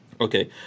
Okay